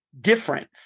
difference